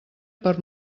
per